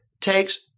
takes